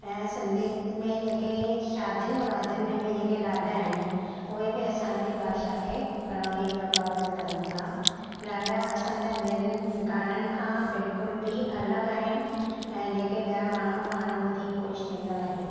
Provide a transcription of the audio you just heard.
ऐं सिंधियत में जेके शादियुनि मुरादियुनि में बि जेके लाॾा आहिनि उहे बि असांजी भाषा खे घणोई प्रभावित कनि था लाॾा असांजा ॿियनि गाननि खां बिल्कुल बि अलॻि आहिनि ऐं जेके ॿियां माण्हू पाणि ॿुधी ख़ुशि थींदा आहिनि